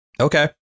okay